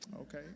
Okay